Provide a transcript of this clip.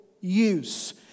use